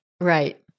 Right